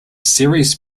series